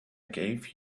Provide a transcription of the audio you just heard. gave